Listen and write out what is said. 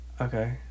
Okay